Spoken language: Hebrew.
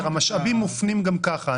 בטח, המשאבים מופנים גם ככה.